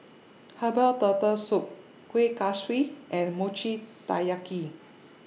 Herbal Turtle Soup Kueh Kaswi and Mochi Taiyaki